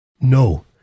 No